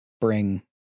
bring